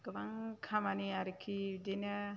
गोबां खामा नि आरोखि बिदिनो